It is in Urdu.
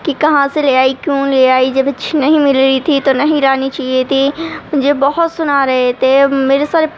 کہ کہاں سے لے آئی کیوں لے آئی جب اچّھی نہیں مل رہی تھی تو نہیں لانی چاہیے تھی مجھے بہت سنا رہے تھے میرے سارے